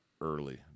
early